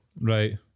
Right